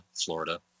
Florida